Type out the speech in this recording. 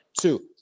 two